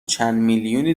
چندمیلیونی